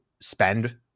spend